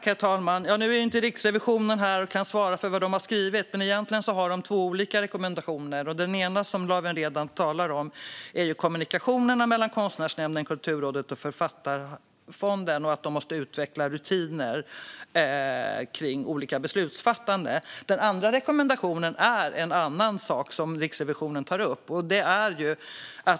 Herr talman! Nu är ju inte Riksrevisionen här och svarar för vad man har skrivit. Men egentligen har man två olika rekommendationer. Den ena, som Lawen Redar talar om, handlar om kommunikationen mellan Konstnärsnämnden, Kulturrådet och Författarfonden och att de måste utveckla rutiner kring fattandet av olika beslut. Den andra handlar om en annan sak som Riksrevisionen tar upp.